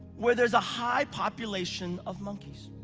where there's a high population of monkeys.